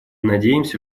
надеемся